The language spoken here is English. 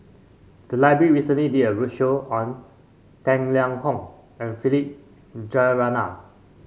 the library recently did a roadshow on Tang Liang Hong and Philip Jeyaretnam